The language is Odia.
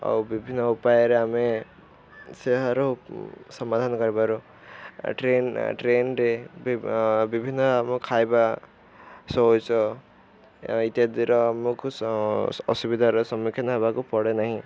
ଆଉ ବିଭିନ୍ନ ଉପାୟରେ ଆମେ ସେ ସମାଧାନ କରିପାରୁ ଟ୍ରେନ ଟ୍ରେନରେ ବିଭିନ୍ନ ଆମ ଖାଇବା ଶୌଚ ଇତ୍ୟାଦିର ଆମକୁ ଅସୁବିଧାର ସମ୍ମୁଖୀନ ହେବାକୁ ପଡ଼େ ନାହିଁ